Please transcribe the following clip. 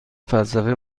فلسفه